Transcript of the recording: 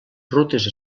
rutes